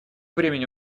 времени